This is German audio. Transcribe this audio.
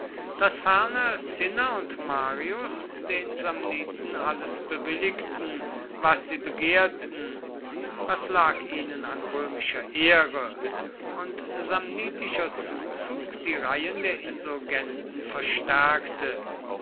daß ferner cinna und marius den samniten alles bewilligten was sie begehrten was lag ihnen an römischer ehre und samnitischer zuzug die reihen der insurgenten verstärkte